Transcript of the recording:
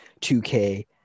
2K